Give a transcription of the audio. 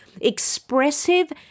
expressive